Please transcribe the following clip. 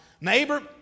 neighbor